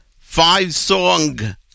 five-song